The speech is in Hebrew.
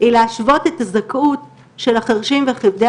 היא להשוות את הזכאות של החרשים וכבדי